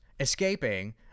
Escaping